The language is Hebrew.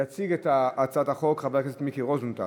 אושרה בקריאה טרומית ותועבר לוועדת הכלכלה להכנה לקריאה ראשונה.